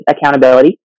accountability